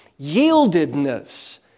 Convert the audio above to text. Yieldedness